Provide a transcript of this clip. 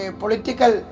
political